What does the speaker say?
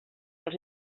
els